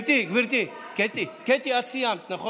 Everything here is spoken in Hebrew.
גברתי, גברתי, קטי, את סיימת, נכון?